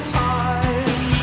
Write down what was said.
time